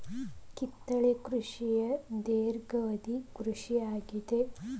ಕಿತ್ತಳೆ ಕೃಷಿಯ ಧೇರ್ಘವದಿ ಕೃಷಿ ಆಗಿದೆ